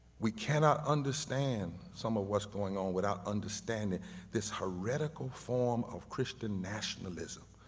we cannot understand some of what's going on without understanding this heretical form of christian nationalism